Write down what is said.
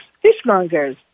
fishmonger's